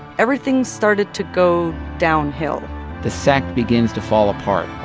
everything started to go downhill the sect begins to fall apart.